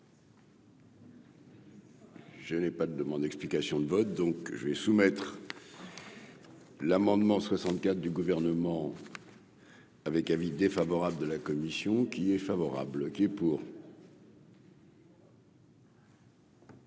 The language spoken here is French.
Je n'ai pas de demande d'explications de vote, donc je vais soumettre. L'amendement 64 du gouvernement. Avec avis défavorable de la commission qui est favorable, qui est pour.